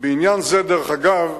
בעניין זה, דרך אגב,